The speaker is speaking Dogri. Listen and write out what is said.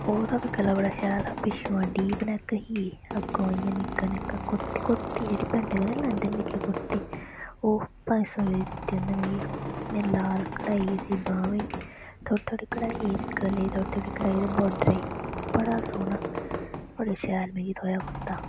ओह्दा बी गला बड़ा शैल हा पिच्छुआं डीप नैक ही अग्गुआं इ'यां निक्का निक्का कुर्ती कुर्ती जेह्की पैंटे कन्नै नी लांदे निक्की कुर्ती ओह् पंज सौ रपेऽ दी दित्ती उनें मिकी इ'यां लाल कढाई उसी इ'यां बाह्में थोह्ड़ी थोह्ड़ी कढाई ही गले गी थोह्ड़ी थोह्ड़ी कढाई ही ते बार्डरै गी बड़ा सोह्ना बड़ा शैल थ्होएआ मिकी कुर्ता